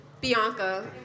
Bianca